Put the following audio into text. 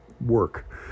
work